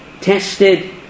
tested